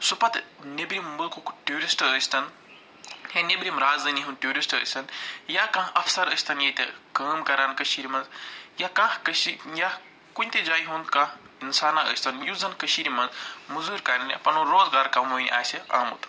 سُہ پتہٕ نیٚبرِم مُلکُک ٹیٛوٗرسٹہٕ ٲسۍتن یا نیٚبرِم رازدٲنی ہُنٛد ٹیٛوٗرسٹہٕ ٲسۍتن یا کانٛہہ افسر ٲسۍتن ییٚتہِ کٲم کَران کٔشیٖرِ منٛز یا کانٛہہ کٔشی یا کُنہِ تہِ جایہِ ہُنٛد کانٛہہ اِنسانا ٲسۍتن یُس زن کٔشیٖرِ منٛز موٚزوٗرۍ کَرنہِ پنُن روزگار کماونہِ آسہِ آمُت